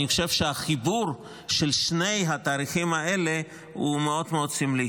אני חושב שהחיבור של שני התאריכים האלה הוא מאוד מאוד סמלי,